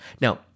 Now